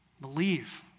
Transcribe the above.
believe